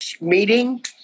meeting